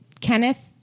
Kenneth